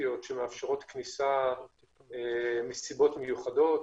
ספציפיות שמאפשרות כניסה מסיבות מיוחדות